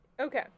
Okay